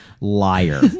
liar